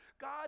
God